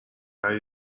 پری